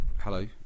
Hello